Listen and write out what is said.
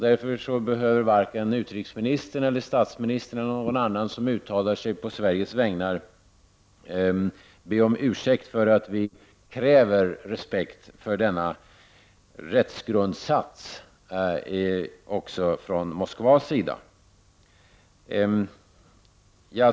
Därför behöver varken utrikesministern, statsministern eller någon annan som uttalar sig på Sveriges vägnar be om ursäkt för att vi kräver respekt för denna rättsgrundsats också från Moskvas sida.